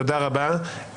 תודה רבה.